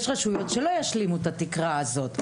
יש רשויות שלא ישלימו את התקרה הזאת,